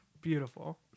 Beautiful